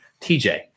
TJ